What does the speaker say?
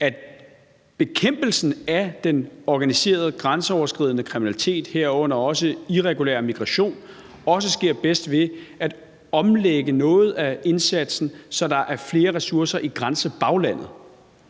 at bekæmpelsen af den organiserede grænseoverskridende kriminalitet, herunder også irregulær migration, sker bedst ved at omlægge noget af indsatsen, så der er flere ressourcer i grænsebaglandet.